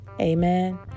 amen